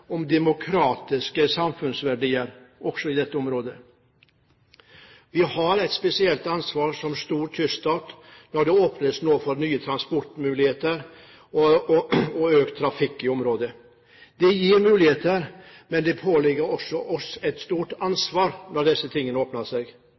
om demokratiske samfunnsverdier, også i dette området. Vi har et spesielt ansvar som stor kyststat når det nå åpnes for nye transportmuligheter og økt trafikk i området. Det gir muligheter, men det pålegger oss også et stort